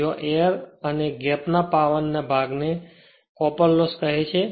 જ્યાં એર અને ગેપ પાવરના ભાગ ને કોપર લોસ કહે છે